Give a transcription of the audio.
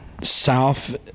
south